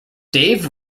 dave